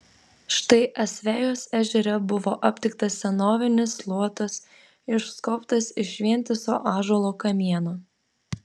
štai asvejos ežere buvo aptiktas senovinis luotas išskobtas iš vientiso ąžuolo kamieno